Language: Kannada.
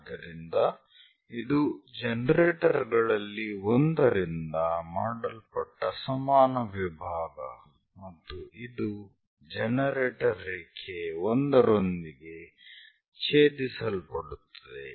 ಆದ್ದರಿಂದ ಇದು ಜನರೇಟರ್ ಗಳಲ್ಲಿ ಒಂದರಿಂದ ಮಾಡಲ್ಪಟ್ಟ ಸಮಾನ ವಿಭಾಗ ಮತ್ತು ಇದು ಜನರೇಟರ್ ರೇಖೆ 1 ರೊಂದಿಗೆ ಛೇದಿಸಲ್ಪಡುತ್ತದೆ